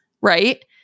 right